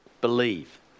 Believe